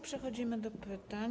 Przechodzimy do pytań.